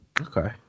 Okay